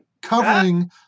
covering